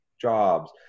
jobs